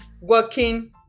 working